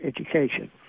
education